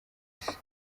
isi